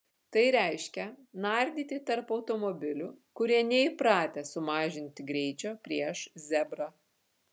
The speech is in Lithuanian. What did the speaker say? tai reiškia nardyti tarp automobilių kurie neįpratę sumažinti greičio prieš zebrą